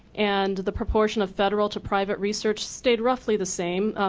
and the proportion of federal to private research stayed roughly the same,